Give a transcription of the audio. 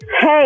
Hey